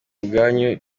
ubwanyu